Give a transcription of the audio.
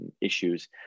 issues